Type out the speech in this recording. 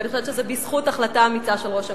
ואני חושבת שזה בזכות החלטה אמיצה של ראש הממשלה.